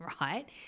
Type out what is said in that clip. right